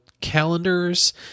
calendars